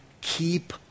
keep